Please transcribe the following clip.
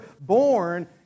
born